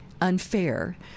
unfair